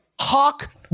hawk